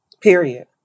Period